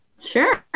sure